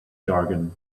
jargon